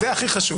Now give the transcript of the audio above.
זה הכי חשוב.